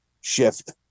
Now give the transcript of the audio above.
shift